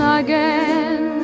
again